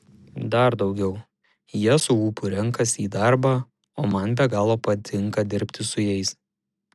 dar daugiau jie su ūpu renkasi į darbą o man be galo patinka dirbti su jais